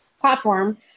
platform